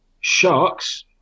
Sharks